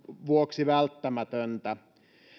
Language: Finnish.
vuoksi välttämätöntä